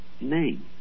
name